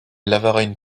lavarin